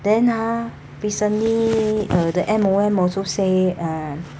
then ah recently uh the M_O_M also say err